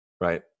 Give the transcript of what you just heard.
right